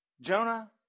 Jonah